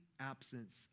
absence